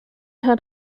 had